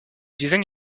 design